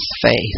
faith